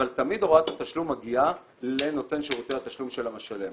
אבל תמיד הוראת התשלום מגיעה לנותן שירותי התשלום של המשלם.